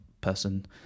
person